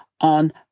on